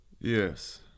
Yes